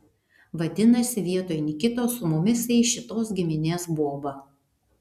vadinasi vietoj nikitos su mumis eis šitos giminės boba